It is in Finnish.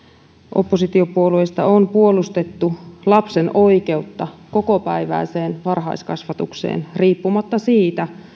oppositiopuolueista on puolustettu lapsen oikeutta kokopäiväiseen varhaiskasvatukseen riippumatta siitä